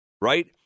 right